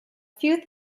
few